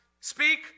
speak